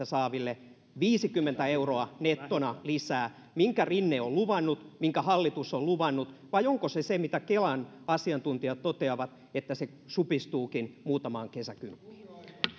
saaville viisikymmentä euroa nettona lisää minkä rinne on luvannut minkä hallitus on luvannut vai onko se se mitä kelan asiantuntijat toteavat että se supistuukin muutamaan kesäkymppiin